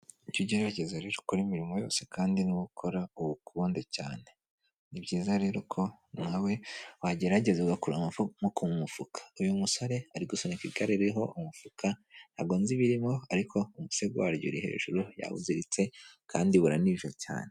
Ujye ugerageza rero ukora imirimo yose kandi n'uwo ukora uwukunde cyane, ni byiza rero ko nawe wagerageza ugakura amaboko mu mufuka, uyu musore ari gusunika igare ririho umufuka, ntabwo nzi ibirimo ariko umusego waryo uri hejuru, yawuziritse kandi buranije cyane.